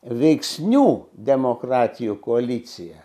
veiksnių demokratijų koalicija